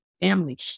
family